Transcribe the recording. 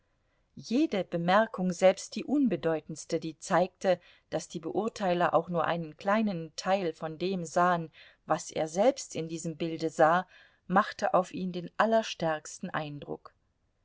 jede bemerkung selbst die unbedeutendste die zeigte daß die beurteiler auch nur einen kleinen teil von dem sahen was er selbst in diesem bilde sah machte auf ihn den allerstärksten eindruck